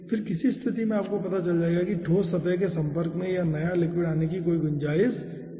फिर किसी स्थिति में आपको पता चल जाएगा कि ठोस सतह के संपर्क में और नया लिक्विड आने की कोई गुंजाइश नहीं है